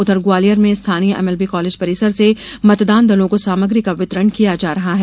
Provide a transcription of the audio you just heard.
उधर ग्वालियर में स्थानीय एमएलबी कॉलेज परिसर से मतदान दलों को सामग्री का वितरण किया जा रहा है